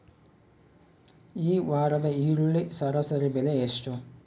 ಈ ವಾರದ ಈರುಳ್ಳಿ ಸರಾಸರಿ ಬೆಲೆ ಎಷ್ಟು?